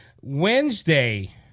Wednesday